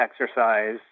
exercise